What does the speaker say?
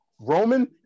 Roman